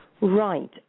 Right